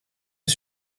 est